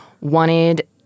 wanted